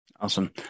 Awesome